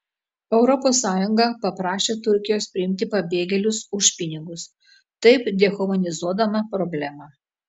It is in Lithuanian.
europos sąjunga paprašė turkijos priimti pabėgėlius už pinigus taip dehumanizuodama problemą